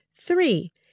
Three